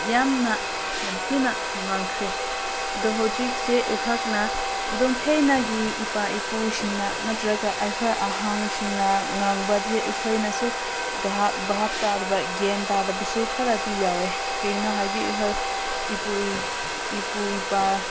ꯌꯥꯝꯅ ꯌꯥꯝ ꯊꯤꯅ ꯇꯣꯡꯉꯥꯟꯈ꯭ꯔꯦ ꯑꯗꯨ ꯍꯧꯖꯤꯛꯁꯦ ꯑꯩꯍꯥꯛꯅ ꯑꯗꯨꯝ ꯊꯥꯏꯅꯒꯤ ꯏꯄꯥ ꯏꯄꯨꯁꯤꯡꯅ ꯅꯠꯇ꯭ꯔꯒ ꯑꯩꯈꯣꯏ ꯑꯍꯟꯁꯤꯡꯅ ꯉꯥꯡꯕꯁꯦ ꯑꯩꯈꯣꯏꯅꯁꯨ ꯚꯥꯕ ꯇꯥꯗꯕ ꯒ꯭ꯌꯥꯟ ꯇꯥꯗꯕꯁꯨ ꯈꯔꯗꯤ ꯌꯥꯎꯋꯦ ꯀꯔꯤꯒꯤꯅꯣ ꯍꯥꯏꯗꯤ ꯑꯩꯈꯣꯏ ꯏꯄꯨ ꯏꯄꯨ ꯏꯄꯥ